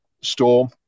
storm